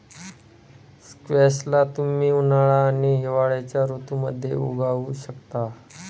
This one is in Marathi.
स्क्वॅश ला तुम्ही उन्हाळा आणि हिवाळ्याच्या ऋतूमध्ये उगवु शकता